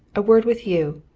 a word with you.